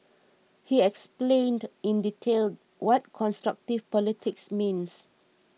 he explained in detail what constructive politics means